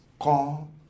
Call